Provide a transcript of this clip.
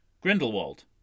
Grindelwald